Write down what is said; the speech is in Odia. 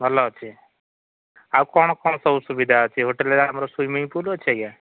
ଭଲ ଅଛି ଆଉ କ'ଣ କ'ଣ ସବୁ ସୁବିଧା ଅଛି ହୋଟେଲରେ ଆମର ସୁଇିମିଂ ପୁଲ୍ ଅଛି ଆଜ୍ଞା